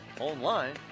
online